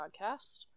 podcast